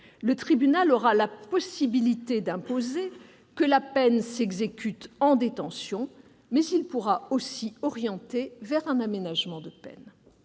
le tribunal aura la possibilité d'imposer que la peine s'exécute en détention, mais il pourra aussi orienter vers un aménagement de peine